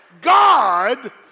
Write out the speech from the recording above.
God